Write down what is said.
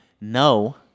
no